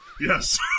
Yes